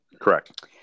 Correct